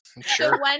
sure